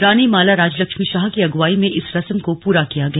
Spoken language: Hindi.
रानी माला राजलक्ष्मी शाह की अगुवाई में इस रस्म को पूरा किया गया